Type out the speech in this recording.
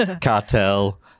cartel